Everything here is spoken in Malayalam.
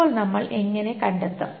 ഇപ്പോൾ നമ്മൾ എങ്ങനെ കണ്ടെത്തും